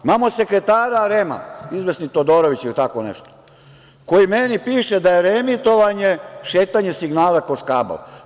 Imamo sekretara REM-a, izvesni Todorović ili tako nešto, koji meni piše da je reemitovanje šetanje signala kroz kabal.